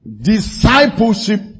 discipleship